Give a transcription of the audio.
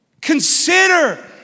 Consider